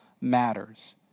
matters